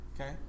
Okay